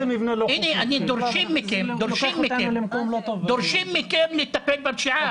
אם זה מבנה לא חוקי --- אנחנו דורשים מכם לטפל בפשיעה,